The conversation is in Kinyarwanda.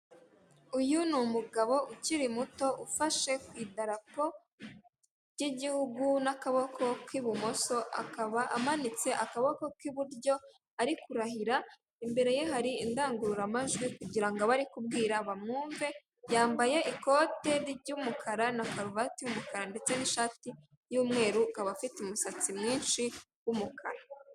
Uyu ni umugabo ukiri muto ufashe ku udarapo ry'igihugu n'abakoko k'ibumoso, akaba amanitse akaboko k'iburyo ari kurahira, imbere ye hari indangururamajwi kugira ngo abo ari kubwira bamwumve, yambaye ikote ry'umukara na karuvati y'umukara ndetse n'ishati y'umweru, akaba afite umusatsi mwinshi w'umukara.